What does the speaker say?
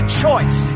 choice